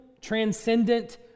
transcendent